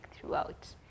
throughout